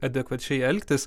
adekvačiai elgtis